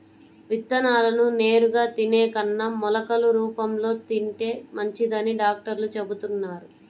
విత్తనాలను నేరుగా తినే కన్నా మొలకలు రూపంలో తింటే మంచిదని డాక్టర్లు చెబుతున్నారు